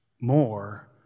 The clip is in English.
more